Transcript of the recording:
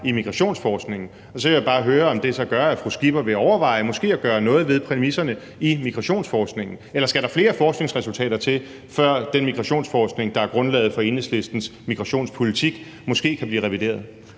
i migrationsforskningen, og så vil jeg bare høre, om det gør, at fru Pernille Skipper vil overveje måske at gøre noget ved præmisserne i migrationsforskningen. Eller skal der flere forskningsresultater til, før den migrationsforskning, der er grundlaget for Enhedslistens migrationspolitik, måske kan blive revideret?